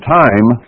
time